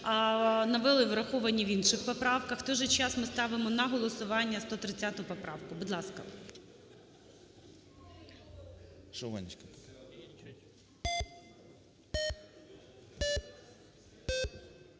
навели враховані в інших поправках. В той же час ми ставимо на голосування 130 поправку. Будь ласка.